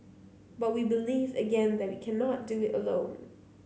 but we believe again that we cannot do it alone